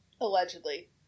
Allegedly